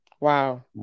wow